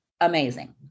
amazing